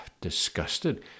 disgusted